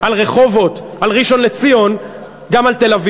על רחובות ועל ראשון-לציון, גם על תל-אביב.